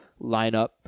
lineup